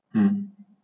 mm